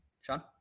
Sean